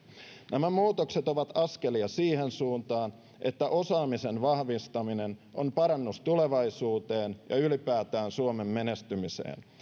nämä muutokset ovat askelia siihen suuntaan että osaamisen vahvistaminen on parannus tulevaisuuteen ja ylipäätään suomen menestymiseen